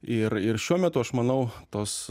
ir ir šiuo metu aš manau tos